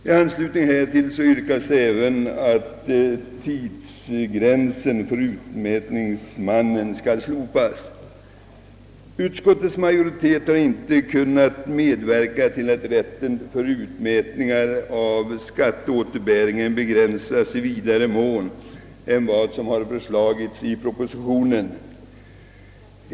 I anslutning härtill yrkas även att tidsgränsen för utmätningsmännen skall slopas. Utskottets majoritet har inte kunnat medverka till att rätten till utmätning av skatteåterbäring begränsas i vidare mån än som föreslagits i propositionen.